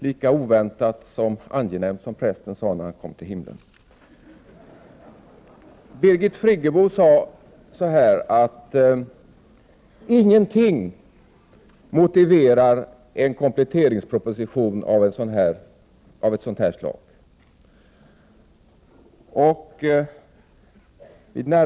Lika oväntat som angenämt, som prästen sade när han kom till himlen. Birgit Friggebo sade: Ingenting motiverar en kompletteringsproposition av ett sådant här slag.